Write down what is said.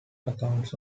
accounts